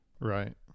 right